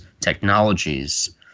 technologies